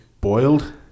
boiled